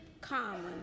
common